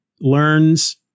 learns